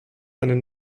einen